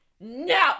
no